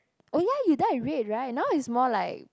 oh ya you dyed red right now is more like